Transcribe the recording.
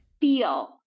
feel